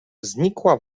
znikła